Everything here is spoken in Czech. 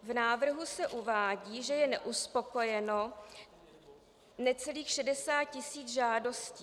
V návrhu se uvádí, že je neuspokojeno necelých 60 tisíc žádostí.